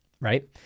right